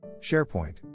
SharePoint